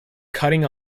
cutting